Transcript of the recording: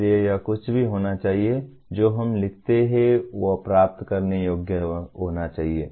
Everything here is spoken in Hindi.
इसलिए यह कुछ भी होना चाहिए जो हम लिखते हैं वह प्राप्त करने योग्य होना चाहिए